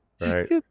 right